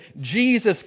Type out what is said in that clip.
jesus